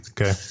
Okay